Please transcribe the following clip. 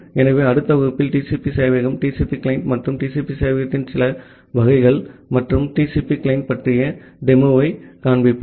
ஆகவே அடுத்த வகுப்பில் TCP சேவையகம் TCP கிளையன்ட் மற்றும் TCP சேவையகத்தின் சில வகைகள் மற்றும் TCP கிளையன்ட் பற்றிய டெமோவைக் காண்பிப்போம்